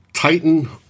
Titan